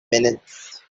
minutes